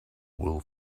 wool